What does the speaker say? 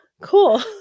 cool